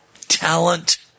talent